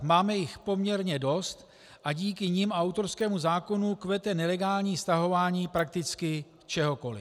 Máme jich poměrně dost a díky nim a autorskému zákonu kvete nelegální stahování prakticky čehokoli.